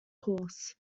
course